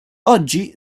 oggi